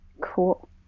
cool